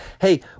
hey